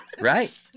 right